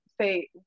say